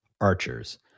archers